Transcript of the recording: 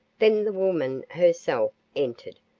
then the woman herself entered,